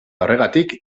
horregatik